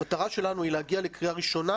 המטרה שלנו היא להגיע לקריאה ראשונה